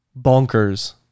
Bonkers